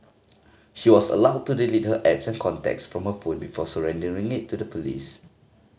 she was allowed to delete her apps and contacts from her phone before surrendering it to the police